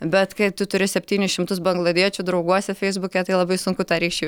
bet kai tu turi septynis šimtus bangladečių drauguose feisbuke tai labai sunku tą ryšį